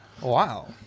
Wow